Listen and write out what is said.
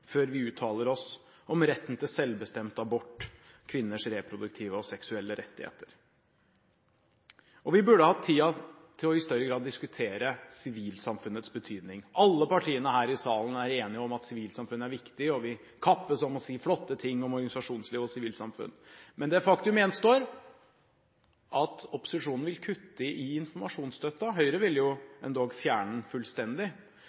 før vi uttaler oss om retten til selvbestemt abort og kvinners reproduktive og seksuelle rettigheter. Vi burde hatt tid til i større grad å diskutere sivilsamfunnets betydning. Alle partiene her i salen er enige om at sivilsamfunnet er viktig, og vi kappes om å si flotte ting om organisasjonsliv og sivilsamfunn, men det faktum gjenstår at opposisjonen vil kutte i informasjonsstøtten. Høyre vil endog fjerne den fullstendig.